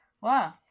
Wow